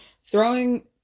throwing